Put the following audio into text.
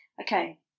Okay